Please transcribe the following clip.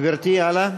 גברתי, הלאה.